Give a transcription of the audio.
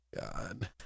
God